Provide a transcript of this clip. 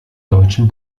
deutschen